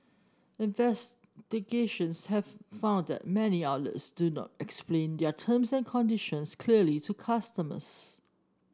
investigations have found that many outlets do not explain their terms and conditions clearly to customers